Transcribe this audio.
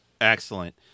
Excellent